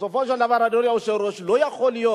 בסופו של דבר, אדוני היושב-ראש, לא יכול להיות.